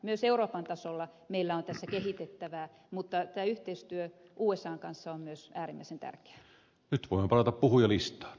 myös euroopan tasolla meillä on tässä kehitettävää mutta tämä yhteistyö usan kanssa on myös äärimmäisen tärkeää